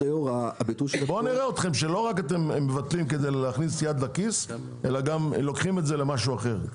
נראה שאתם לא רק מוותרים כדי להרוויח אלא לוקחים למשהו אחר.